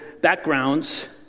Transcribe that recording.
backgrounds